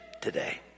today